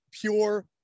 pure